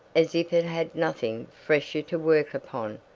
as if it had nothing fresher to work upon,